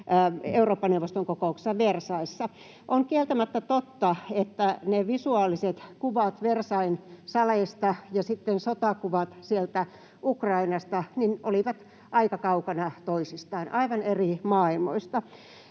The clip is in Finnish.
Eurooppa-neuvoston kokouksessa Versailles’ssa. On kieltämättä totta, että ne visuaaliset kuvat Versailles’n saleista ja sitten sotakuvat Ukrainasta olivat aika kaukana toisistaan, aivan eri maailmoista.